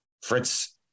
Fritz